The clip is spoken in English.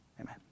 amen